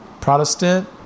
Protestant